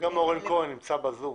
גם אורן כהן שנמצא ב-זום.